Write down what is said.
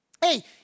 Hey